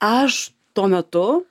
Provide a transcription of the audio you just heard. aš tuo metu